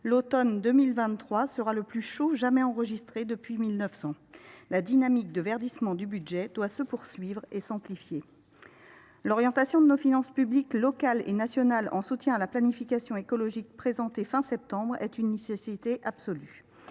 L’automne 2023 sera le plus chaud jamais enregistré depuis 1900. La dynamique de verdissement du budget doit se poursuivre et s’amplifier. L’orientation de nos finances publiques locales et nationales vers un soutien à la planification écologique, telle qu’elle a été présentée fin septembre, est une nécessité absolue.